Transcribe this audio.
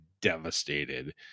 devastated